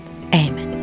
Amen